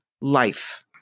life